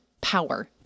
power